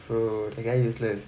true that guy useless